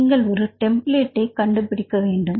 நீங்கள் ஒரு டெம்ப்ளேட்டை கண்டுபிடிக்க வேண்டும்